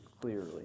clearly